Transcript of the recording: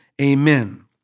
amen